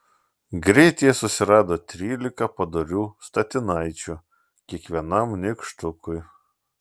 greit jie susirado trylika padorių statinaičių kiekvienam nykštukui